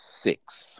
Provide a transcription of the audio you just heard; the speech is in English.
six